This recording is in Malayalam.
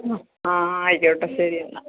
ആ ആ ആയിക്കോട്ടെ ശരി എന്നാൽ